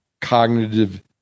cognitive